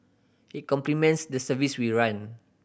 it complements the service we run